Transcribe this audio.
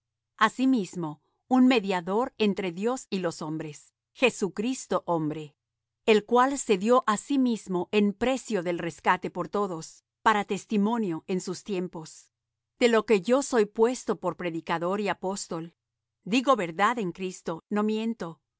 asimismo un mediador entre dios y los hombres jesucristo hombre el cual se dió á sí mismo en precio del rescate por todos para testimonio en sus tiempos de lo que yo soy puesto por predicador y apóstol digo verdad en cristo no miento doctor de los gentiles en fidelidad y